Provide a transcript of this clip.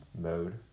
mode